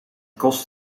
kost